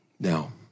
Now